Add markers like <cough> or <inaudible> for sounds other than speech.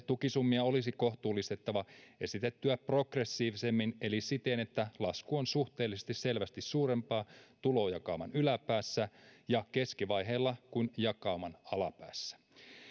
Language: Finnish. <unintelligible> tukisummia olisi kohtuullistettava esitettyä progressiivisemmin eli siten että lasku on suhteellisesti selvästi suurempaa tulojakauman yläpäässä ja keskivaiheilla kuin jakauman alapäässä